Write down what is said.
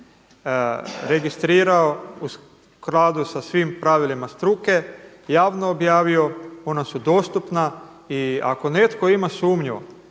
registrirao u skladu sa svim pravilima struke, javno objavio, ona su dostupna i ako netko ima sumnju